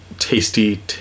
tasty